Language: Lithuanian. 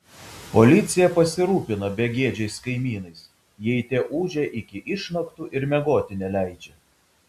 policija pasirūpina begėdžiais kaimynais jei tie ūžia iki išnaktų ir miegoti neleidžia